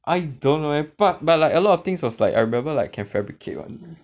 I don't know eh but but like a lot of things was like I remember like can fabricate [one]